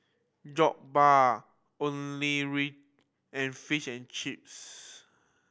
Jokbal Onigiri and Fish and Chips